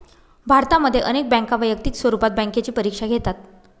भारतामध्ये अनेक बँका वैयक्तिक स्वरूपात बँकेची परीक्षा घेतात